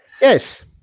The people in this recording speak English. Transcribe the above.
Yes